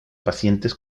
pacientes